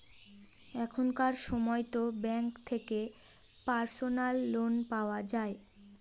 এখনকার সময়তো ব্যাঙ্ক থেকে পার্সোনাল লোন পাওয়া যায়